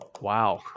Wow